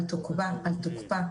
על תוקפה,